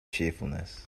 cheerfulness